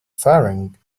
firing